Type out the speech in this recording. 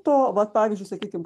to vat pavyzdžiui sakykim